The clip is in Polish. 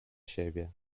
siebie